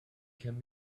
can